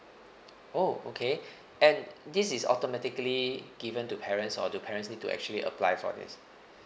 oh okay and this is automatically given to parents or the parents need to actually apply for this